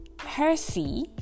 Hersey